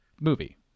movie